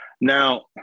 Now